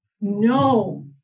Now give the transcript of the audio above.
no